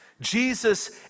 Jesus